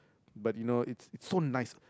but you know it's it's so nice